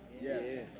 Yes